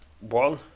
one